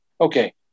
Okay